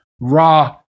raw